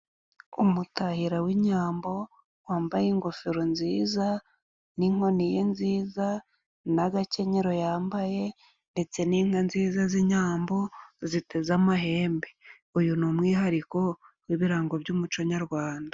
Umutahira w'inyambo wambaye ingofero nziza， n'inkoni ye nziza， n’agakenyero yambaye， ndetse n'inka nziza z'inyambo， ziteza amahembe. Uyu ni umwihariko w'ibirango by'umuco nyarwanda.